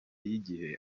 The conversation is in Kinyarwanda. y’igihe